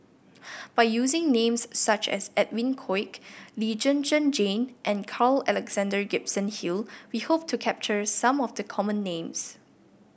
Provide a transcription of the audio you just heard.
by using names such as Edwin Koek Lee Zhen Zhen Jane and Carl Alexander Gibson Hill we hope to capture some of the common names